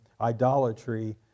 idolatry